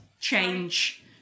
change